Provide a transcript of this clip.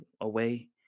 away